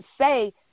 say